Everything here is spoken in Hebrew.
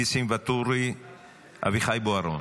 ניסים ואטורי ואביחי בוארון